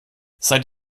seid